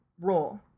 role